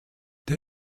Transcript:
der